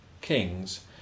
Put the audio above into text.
kings